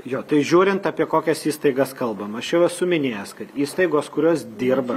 jo tai žiūrint apie kokias įstaigas kalbam aš jau esu minėjęs kad įstaigos kurios dirba